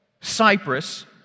Cyprus